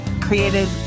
created